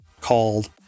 called